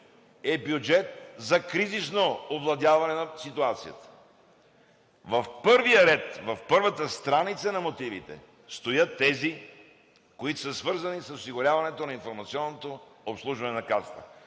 е бюджет за кризисно овладяване на ситуацията?! В първия ред, в първата страница на мотивите стоят тези, които са свързани с осигуряването на информационното обслужване на Касата.